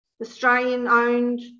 Australian-owned